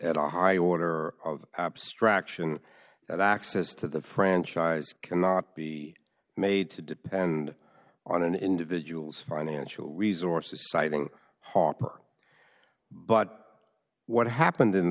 a high order of abstraction that access to the franchise cannot be made to depend on an individual's financial resources citing harper but what happened in